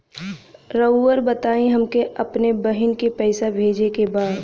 राउर बताई हमके अपने बहिन के पैसा भेजे के बा?